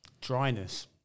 dryness